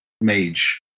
mage